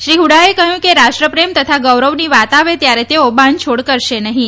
શ્રી હુડાએ કહ્યું કે રાષ્ટ્રપ્રેમ તથા ગૌરવની વાત આવે ત્યારે તેઓ બાંધછોડ કરશે નહીં